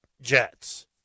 Jets